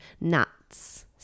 nuts